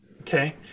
Okay